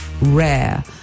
RARE